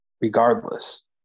regardless